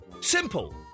Simple